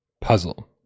puzzle